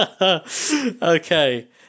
Okay